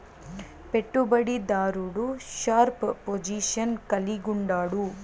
పెట్టుబడి దారుడు sharp position కలిగుండాడు